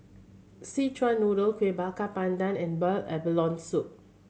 Szechuan Noodle Kuih Bakar Pandan and boiled abalone soup